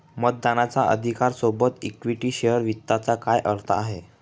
मतदानाच्या अधिकारा सोबत इक्विटी शेअर वित्ताचा काय अर्थ आहे?